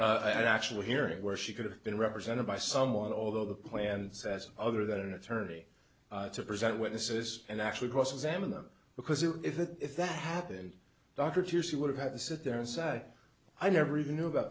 i actually hearing where she could have been represented by someone although the plan says other than an attorney to present witnesses and actually cross examine them because if that if that happened dr tears he would have had to sit there and say i never even knew about